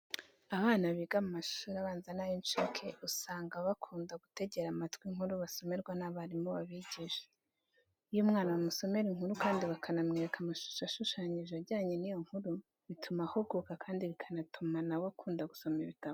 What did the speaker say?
Abana biga mu mashuri abanza n'ay'incuke usanga baba bakunda gutegera amatwi inkuru basomerwa n'abarimu babigisha. Iyo umwana bamusomera inkuru kandi bakanamwereka amashusho ashushanyije ajyanye n'iyo nkuru, bituma ahuguka kandi bikanatuma na we akunda gusoma ibitabo.